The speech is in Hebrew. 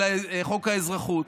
חוק האזרחות,